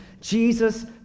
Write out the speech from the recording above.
Jesus